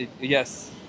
Yes